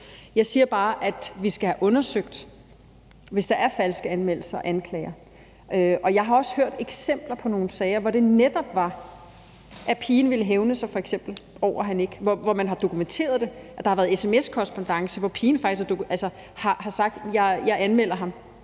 Jeg siger bare, at vi skal have undersøgt det, hvis der er falske anmeldelser og anklager. Jeg har også hørt eksempler på nogle sager, hvor det netop var, at pigen f.eks. ville hævne sig, og hvor man har dokumenteret, at der har været sms-korrespondance, hvor pigen faktisk har sagt: Jeg anmelder ham,